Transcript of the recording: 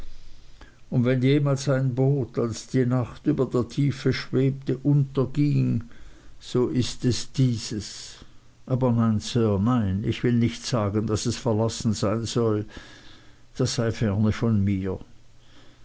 und wenn jemals ein boot als die nacht über der tiefe schwebte unterging ist es dieses aber nein sir nein ich will nicht sagen daß es verlassen sein soll das sei fern von mir